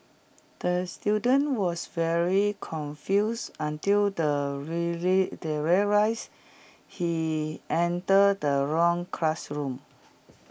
the student was very confused until the really there real rise he entered the wrong classroom